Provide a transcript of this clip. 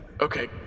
Okay